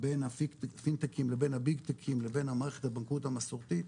בין הפינטקים לבין הביגטקים לבין המערכת הבנקאית המסורתית,